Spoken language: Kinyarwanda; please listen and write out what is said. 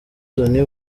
tonny